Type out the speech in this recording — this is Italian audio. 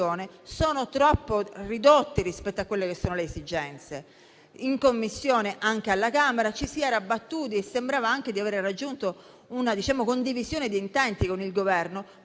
sono troppo ridotti rispetto alle esigenze. In Commissione, anche alla Camera, ci si era battuti e sembrava di aver raggiunto una condivisione di intenti con il Governo